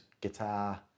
guitar